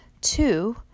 Two